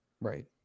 Right